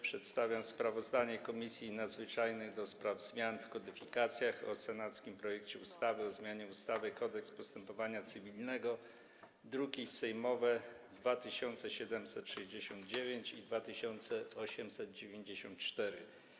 Przedstawiam sprawozdanie Komisji Nadzwyczajnej do spraw zmian w kodyfikacjach o senackim projekcie ustawy o zmianie ustawy Kodeks postępowania cywilnego, druki sejmowe nr 2769 i 2894.